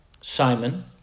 Simon